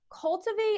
cultivate